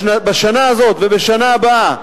בשנה הזאת ובשנה הבאה,